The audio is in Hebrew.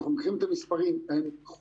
אם אנחנו לוקחים את המספרים,